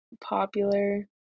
popular